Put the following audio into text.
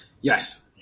Yes